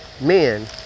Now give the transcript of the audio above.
men